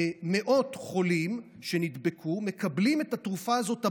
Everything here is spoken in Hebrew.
מאות חולים שנדבקו מקבלים את התרופה הזאת הביתה.